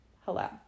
hello